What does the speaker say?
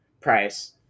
price